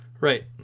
Right